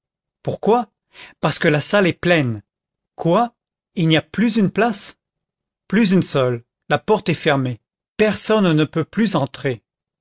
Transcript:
pourquoi parce que la salle est pleine quoi il n'y a plus une place plus une seule la porte est fermée personne ne peut plus entrer